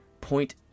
Point